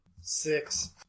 Six